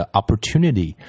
opportunity